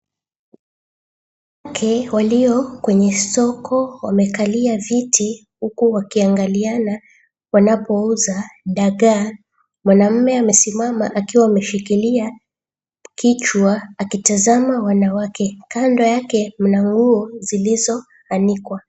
Wanawake walio kwenye soko wamekalia vyeti huku wakiangaliana wanapouza dagaa. Mwanamume amesimama akiwa ameshikilia kichwa akitazama wanawake. Kando yake mnanunua zilizoanikwa.